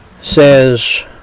says